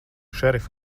šerif